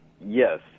Yes